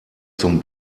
zum